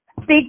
Big